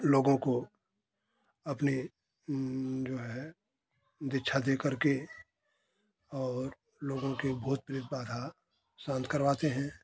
लोगों को अपने जो है दीक्षा दे करके और लोगों भूत प्रेत बाधा शांत करवाते हैं